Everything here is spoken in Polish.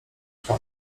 pan